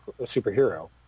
superhero